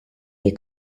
gli